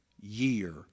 year